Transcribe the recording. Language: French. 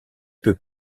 peut